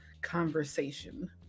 conversation